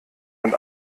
und